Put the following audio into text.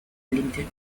limited